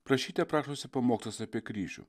prašyte prašosi pamokslas apie kryžių